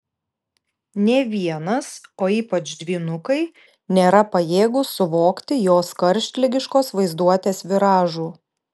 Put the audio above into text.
nė vienas o ypač dvynukai nėra pajėgūs suvokti jos karštligiškos vaizduotės viražų